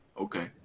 Okay